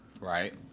Right